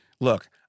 Look